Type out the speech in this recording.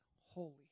holy